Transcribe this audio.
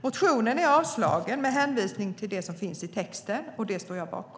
Motionen är avslagen med hänvisning till det som finns i texten, och det står jag bakom.